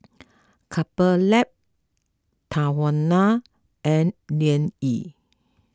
Couple Lab Tahuna and Liang Yi